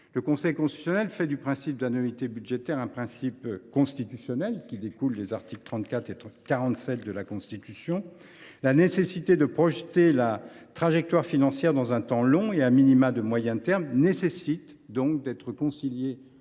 Le Conseil constitutionnel a fait du principe d’annualité budgétaire un principe constitutionnel, qui découle des articles 34 et 47 de la Constitution. La nécessité de projeter la trajectoire financière dans un temps long, ou au moins sur le moyen terme, doit donc être conciliée